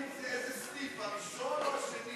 איזה סניף, הראשון או השני?